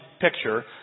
picture